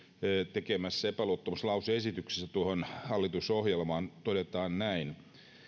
tekemässä epäluottamuslause esityksessä tuohon hallitusohjelmaan todetaan näin